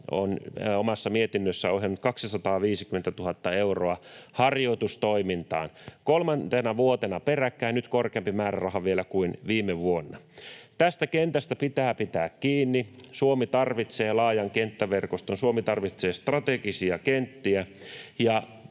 on omassa mietinnössään ohjannut 250 000 euroa harjoitustoimintaan kolmantena vuotena peräkkäin — nyt vielä korkeampi määräraha kuin viime vuonna. Tästä kentästä pitää pitää kiinni. Suomi tarvitsee laajan kenttäverkoston, Suomi tarvitsee strategisia kenttiä.